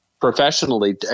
professionally